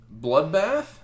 Bloodbath